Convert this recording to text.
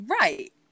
right